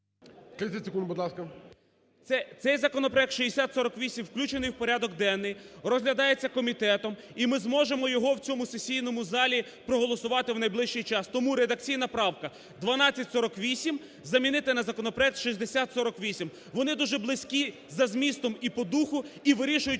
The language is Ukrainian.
Цей законопроект 6048 включений в порядок денний, розглядається комітетом і ми зможемо його в цьому сесійному залі проголосувати в найближчий час тому редакційна правка: 1248 замінити на законопроект 6048. Вони дуже близькі за змістом і по духу, і вирішують